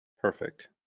Perfect